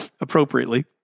appropriately